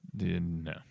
No